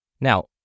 Now